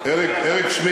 יושב-ראש גדול, אני